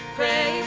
pray